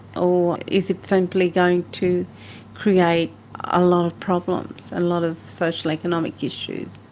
or is it simply going to create a lot of problems, a lot of social economic issues?